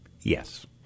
Yes